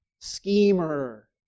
schemer